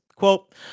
Quote